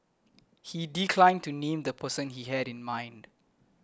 he declined to name the person he had in mind